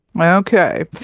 Okay